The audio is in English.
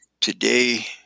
Today